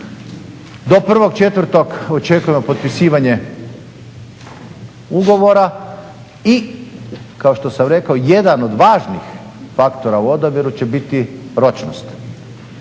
Do 1.4. očekujemo potpisivanje ugovora i kao što sam rekao jedan od važnih faktora u odabiru će biti ročnost,